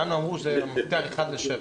לנו אמרו --- אחד לשבע.